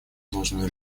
должно